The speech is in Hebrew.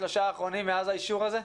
שלושה אחרונים מאז האישור הזה?